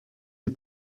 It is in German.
die